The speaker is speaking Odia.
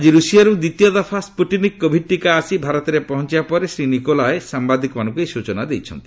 ଆଜି ରୁଷିଆରୁ ଦ୍ୱିତୀୟ ଦଫା ସ୍କୁଟିନିକ୍ କୋଭିଡ୍ ଟିକା ଆସି ଭାରତରେ ପହଞ୍ଚିବା ପରେ ଶ୍ରୀ ନିକୋଲାଏ ସାମ୍ଭାଦିକମାନଙ୍କୁ ଏହି ସୂଚନା ଦେଇଛନ୍ତି